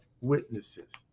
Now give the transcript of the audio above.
witnesses